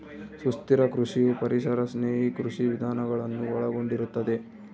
ಸುಸ್ಥಿರ ಕೃಷಿಯು ಪರಿಸರ ಸ್ನೇಹಿ ಕೃಷಿ ವಿಧಾನಗಳನ್ನು ಒಳಗೊಂಡಿರುತ್ತದೆ